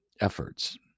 efforts